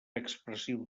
expressiu